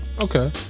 Okay